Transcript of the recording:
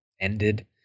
ended